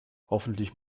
hoffentlich